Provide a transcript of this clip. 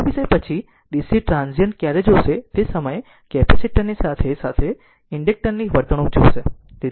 આ વિષય પછી DC ટ્રાન્ઝીયન્ટ ક્યારે જોશે તે સમયે કેપેસિટર ની સાથે સાથે ઇન્ડેક્ટરની વર્તણૂક જોશે